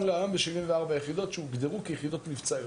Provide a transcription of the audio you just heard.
להיום ב-74 יחידות שהוגדרו כיחידות מבצעיות.